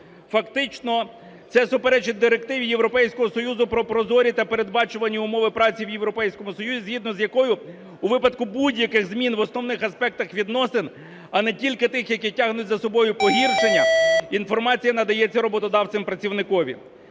Фактично це суперечить Директиві Європейського Союзу про прозорі та передбачувані умови праці в Європейському Союзі, згідно з якою у випадку будь-яких змін в основних аспектах відносин, а не тільки тих, які тягнуть за собою погіршення, інформація надається роботодавцем працівникові.